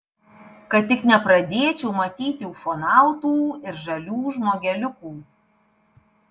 kad tik nepradėčiau matyti ufonautų ir žalių žmogeliukų